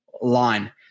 line